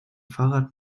fahrrad